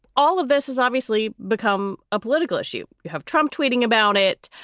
all of this is obviously become a political issue. you have trump tweeting about it.